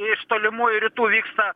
iš tolimųjų rytų vyksta